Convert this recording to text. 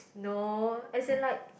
no as in like